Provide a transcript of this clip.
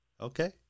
Okay